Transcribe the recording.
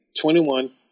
twenty-one